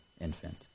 infant